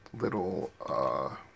little